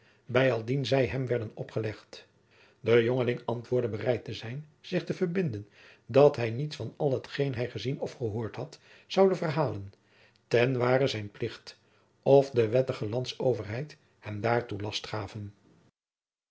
bijaldien zij hem werden opgelegd de jongeling antwoordde bereid te zijn zich te verbinden dat hij nieis van al hetgeen hij gezien of gehoord had zoude verhalen ten ware zijn plicht of de wettige landsoverheid hem daartoe last gaven